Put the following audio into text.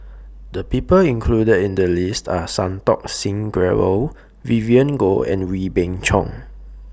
The People included in The list Are Santokh Singh Grewal Vivien Goh and Wee Beng Chong